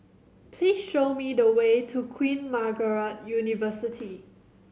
please show me the way to Queen Margaret University